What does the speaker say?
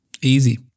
Easy